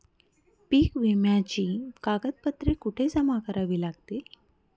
पीक विम्याची कागदपत्रे कुठे जमा करावी लागतील?